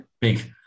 big